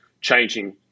changing